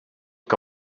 que